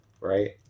right